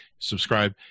subscribe